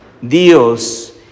Dios